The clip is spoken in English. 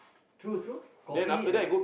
true true copy and